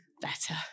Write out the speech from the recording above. better